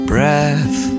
Breath